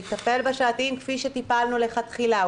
נטפל בשעתיים כפי שטיפלנו לכתחילה.